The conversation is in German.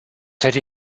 hätte